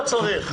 לא צריך.